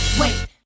wait